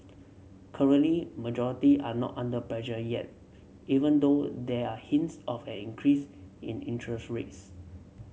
currently majority are not under pressure yet even though there are hints of an increase in interest rates